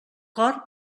cor